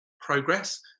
progress